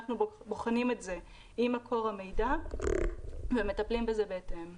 אנחנו בוחנים את זה עם מקור המידע ומטפלים בזה בהתאם.